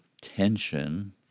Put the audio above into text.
tension